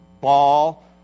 ball